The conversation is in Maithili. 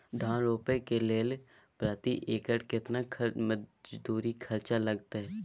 धान रोपय के लेल प्रति एकर केतना मजदूरी खर्चा लागतेय?